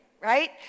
Right